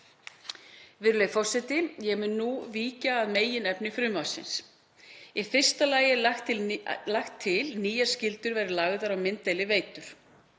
Virðulegi forseti. Ég mun nú víkja að meginefni frumvarpsins. Í fyrsta lagi er lagt til að nýjar skyldur verði lagðar á mynddeiliveitur